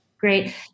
Great